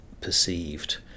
perceived